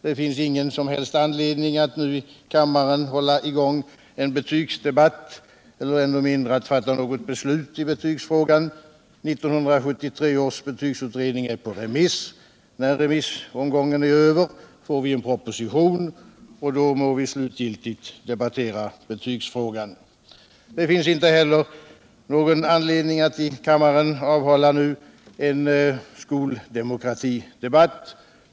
Det finns ingen som helst anledning att nu i kammaren hålla i gång en betygsdebatt eller ännu mindre att fatta något beslut i betygsfrågan. 1973 års betygsutredning är på remiss. När remissomgången är över, får vi en proposition. Då må vi slutgiltigt debattera betygsfrågan. Det finns inte heller anledning att nu avhålla en skoldemokratidebatt.